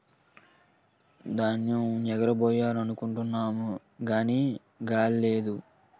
ధాన్యేమ్ ఎగరబొయ్యాలనుకుంటున్నాము గాని గాలి లేదు